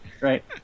right